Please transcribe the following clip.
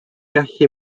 gallu